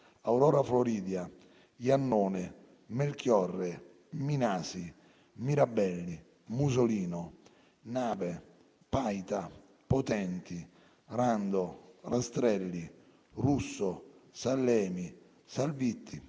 Aurora Floridia, Iannone, Melchiorre, Minasi, Mirabelli, Musolino, Nave, Paita, Potenti, Rando, Rastrelli, Russo, Sallemi, Salvitti,